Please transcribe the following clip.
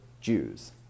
Jews